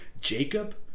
Jacob